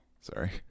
Sorry